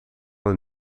een